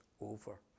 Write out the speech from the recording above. over